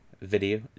video